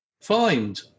find